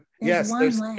Yes